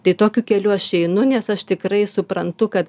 tai tokiu keliu aš einu nes aš tikrai suprantu kad